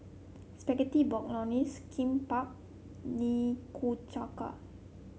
Spaghetti Bolognese Kimbap Nikujaga